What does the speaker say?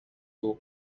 your